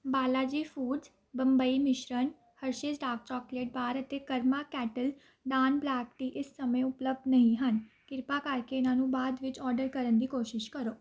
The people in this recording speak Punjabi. ਬਾਲਾਜੀ ਫੂਡਜ਼ ਬੰਬਈ ਮਿਸ਼ਰਣ ਹਰਸ਼ੇਸ ਡਾਰਕ ਚਾਕਲੇਟ ਬਾਰ ਅਤੇ Karma Kettle Dawn black tea ਇਸ ਸਮੇਂ ਉਪਲੱਬਧ ਨਹੀਂ ਹਨ ਕ੍ਰਿਪਾ ਕਰਕੇ ਇਹਨਾਂ ਨੂੰ ਬਾਅਦ ਵਿੱਚ ਆਰਡਰ ਕਰਨ ਦੀ ਕੋਸ਼ਿਸ਼ ਕਰੋ